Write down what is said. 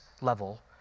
level